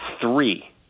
three